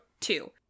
Two